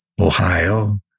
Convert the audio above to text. Ohio